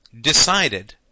decided